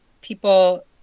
people